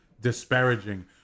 disparaging